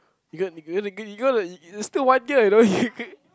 you gonna you gonna you gonna it's still one year you know you